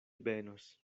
benos